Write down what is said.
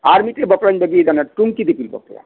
ᱟᱨ ᱢᱤᱫᱴᱮᱱ ᱵᱟᱯᱞᱟᱧ ᱵᱟᱹᱜᱤᱭᱟᱫᱟ ᱚᱱᱮ ᱴᱩᱝᱠᱤ ᱫᱤᱯᱤᱞ ᱵᱟᱯᱞᱟ